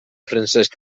francesc